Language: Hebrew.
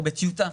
הוא בטיוטה,